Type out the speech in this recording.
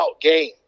game